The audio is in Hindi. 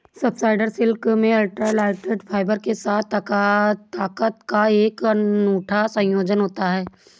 स्पाइडर सिल्क में अल्ट्रा लाइटवेट फाइबर के साथ ताकत का एक अनूठा संयोजन होता है